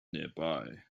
nearby